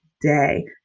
day